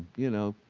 you know,